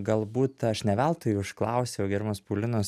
galbūt aš ne veltui užklausiau gerbiamos paulinos